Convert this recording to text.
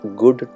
good